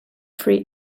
free